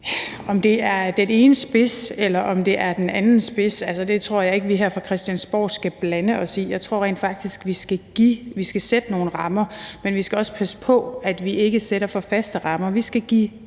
Om det er den ene spids, eller om det er den anden spids, tror jeg ikke vi her fra Christiansborgs side skal blande os i. Jeg tror rent faktisk, at vi skal sætte nogle rammer, men vi skal også passe på, at vi ikke sætter for faste rammer. Vi skal give